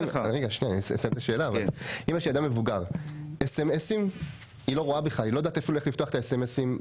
היא בכלל לא רואה SMS. היא לא יודעת איך לפתח את ה-SMS.